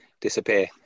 disappear